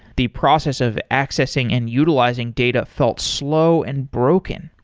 the process of accessing and utilizing data felt slow and broken.